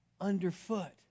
underfoot